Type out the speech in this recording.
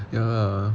ya lah